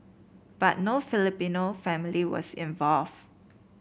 but no Filipino family was involve